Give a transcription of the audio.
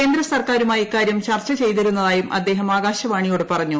കേന്ദ്ര സർക്കാരുമായി ഇക്കാര്യം ചർച്ച ചെയ്തിരുന്നതായും അദ്ദേഹം ആകാശവാണിയോട് പറഞ്ഞു